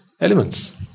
elements